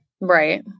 Right